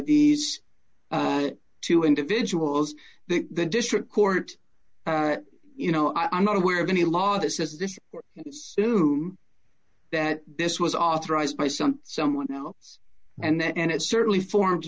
these two individuals that the district court you know i'm not aware of any law that says this is that this was authorized by some someone else and it certainly forms